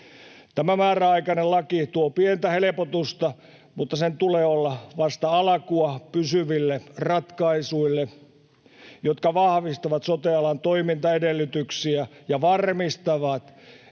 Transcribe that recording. Tämä määräaikainen laki tuo pientä helpotusta, mutta sen tulee olla vasta alkua pysyville ratkaisuille, jotka vahvistavat sote-alan toimintaedellytyksiä ja varmistavat, että